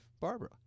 Barbara